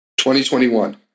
2021